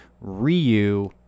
Ryu